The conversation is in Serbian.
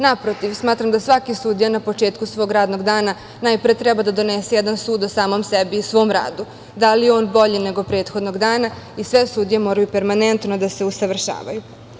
Naprotiv, smatram da svaki sudija na početku svog radnog dana najpre treba da donese jedan sud o samom sebi i svom radu, da li je on bolji nego prethodnog dana i sve sudije moraju permanentno da se usavršavaju.